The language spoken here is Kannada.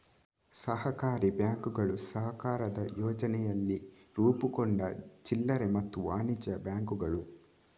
ಸಹಕಾರಿ ಬ್ಯಾಂಕುಗಳು ಸಹಕಾರದ ಯೋಚನೆಯಲ್ಲಿ ರೂಪುಗೊಂಡ ಚಿಲ್ಲರೆ ಮತ್ತೆ ವಾಣಿಜ್ಯ ಬ್ಯಾಂಕುಗಳು